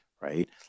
Right